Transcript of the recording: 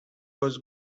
was